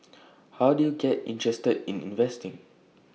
how did you get interested in investing